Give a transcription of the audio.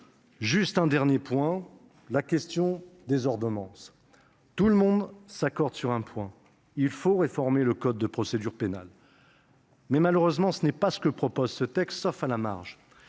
finir un dernier point : les ordonnances. Tout le monde s'accorde sur un point : il faut réformer le code de procédure pénale. Malheureusement, ce n'est pas ce que prévoit ce texte, sauf à la marge.